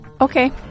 Okay